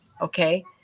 Okay